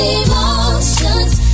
emotions